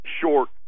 short